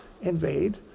invade